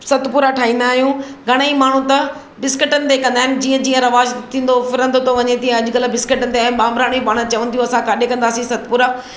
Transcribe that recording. सतपुड़ा ठाहींदा आहियूं घणाई माण्हू त बिस्किटनि ते कंदा आहिनि जीअं जीअं रवाजु थींदो फिरंदो थो वञे तीअं अॼु कल्ह बिस्किटनि ते ऐं ॿाम्भराणी पाण चवनि थियूं असां किथे कंदासीं सतपुड़ा